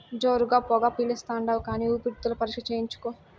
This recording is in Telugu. జోరుగా పొగ పిలిస్తాండావు కానీ ఊపిరితిత్తుల పరీక్ష చేయించుకో